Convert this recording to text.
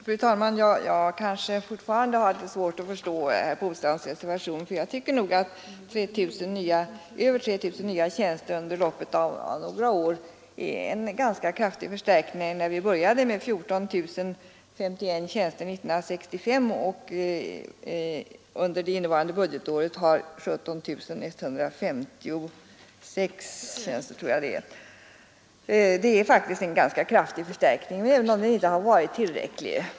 Fru talman! Jag har fortfarande en smula svårt att förstå reservationen 12, som herr Polstam har varit med om att avge. Jag tycker att över 3 000 nya tjänster under loppet av några år är en ganska kraftig förstärkning. Vi började med 14051 tjänster 1965 och har under innevarande budgetår 17 156. Det är faktiskt en ganska kraftig förstärkning, även om den inte har varit tillräcklig.